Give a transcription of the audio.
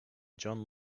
john